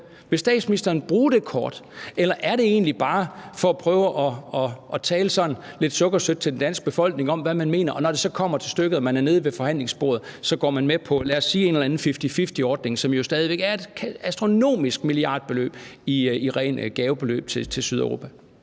Vil statsministeren bruge det kort, eller er det egentlig bare for at prøve at tale sådan lidt sukkersødt til den danske befolkning om, hvad man mener, men når det så kommer til stykket og man sidder dernede ved forhandlingsbordet, så går man med på, lad os sige en eller anden fifty-fifty-ordning, som jo stadig væk betyder et astronomisk milliardbeløb som ren gave til Sydeuropa?